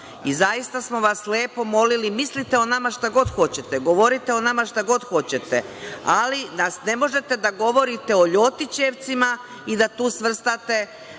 Zaista smo vas lepo molili. Mislite o nama šta god hoćete, govorite o nama šta god hoćete, ali ne možete da govorite o LJotićevcima i da tu svrstate